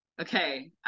okay